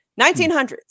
1900s